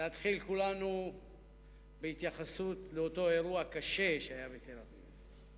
להתחיל כולנו בהתייחסות לאותו אירוע קשה שהיה בתל-אביב.